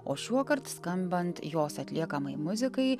o šiuokart skambant jos atliekamai muzikai